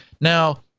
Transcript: Now